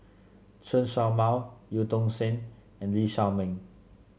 Chen Show Mao Eu Tong Sen and Lee Shao Meng